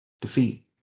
defeat